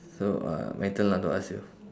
so uh my turn lah to ask you